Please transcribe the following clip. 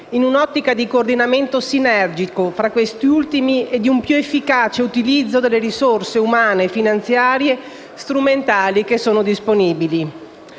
in un'ottica di coordinamento sinergico fra questi ultimi e di un più efficace utilizzo delle risorse umane, finanziarie e strumentali disponibili.